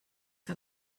hat